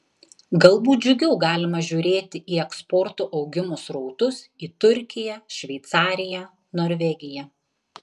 galbūt džiugiau galima žiūrėti į eksporto augimo srautus į turkiją šveicariją norvegiją